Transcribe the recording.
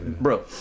bro